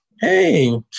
hey